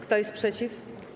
Kto jest przeciw?